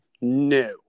no